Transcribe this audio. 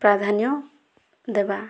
ପ୍ରାଧାନ୍ୟ ଦେବା